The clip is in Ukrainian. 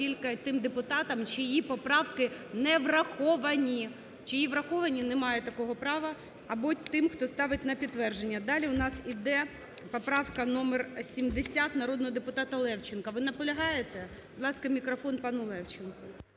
тільки тим депутатам, чиї поправки не враховані. Чиї враховані, не має такого права, або тим, хто ставить на підтвердження. Далі в нас йде поправка номер 70, народного депутата Левченка. Ви наполягаєте? Будь ласка, мікрофон пану Левченку.